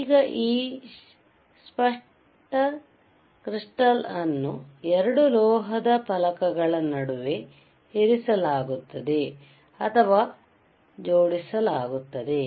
ಈಗ ಈ ಸ್ಪಷ್ಟಕೃಸ್ಟಾಲ್ ಅನ್ನು 2 ಲೋಹದ ಫಲಕಗಳ ನಡುವೆ ಇರಿಸಲಾಗುತ್ತದೆ ಅಥವಾ ಜೋಡಿಸಲಾಗಿದೆ